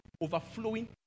overflowing